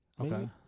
Okay